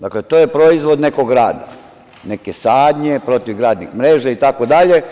Dakle, to je proizvod nekog rada, neke sadnje, protivgradnih mreža itd.